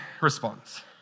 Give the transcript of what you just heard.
responds